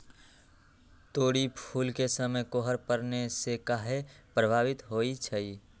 तोरी फुल के समय कोहर पड़ने से काहे पभवित होई छई?